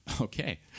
Okay